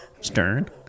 Stern